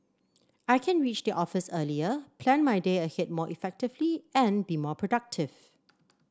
I can reach the office earlier plan my day ahead more effectively and be more productive